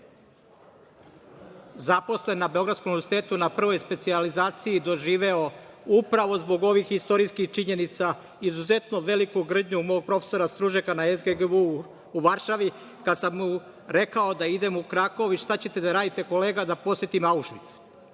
zaposlen na Beogradskom univerzitetu na prvoj specijalizaciji doživeo upravo zbog ovih istorijskih činjenica izuzetno veliku grdnju mog profesora, stručnjaka na SGGU u Varšavi kada sam mu rekao da idem u Krakov – i šta ćete da radite kolega, da posetim Auštvic,